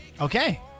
Okay